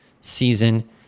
season